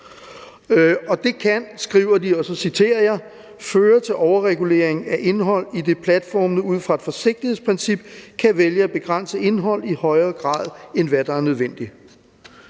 Og det kan, skriver de – og jeg citerer –»... føre til overregulering af indhold, idet platformene ud fra et forsigtighedsprincip kan vælge at begrænse indhold i højere grad end, hvad der er nødvendigt«.